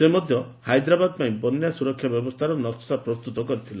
ସେ ମଧ୍ୟ ହାଇଦ୍ରାବାଦ ପାଇଁ ବନ୍ୟା ସୁରକ୍ଷା ବ୍ୟବସ୍ଥାର ନକ୍କା ପ୍ରସ୍ତୁତ କରିଥିଲେ